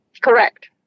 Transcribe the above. Correct